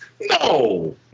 No